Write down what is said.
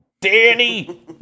Danny